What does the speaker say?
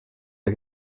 der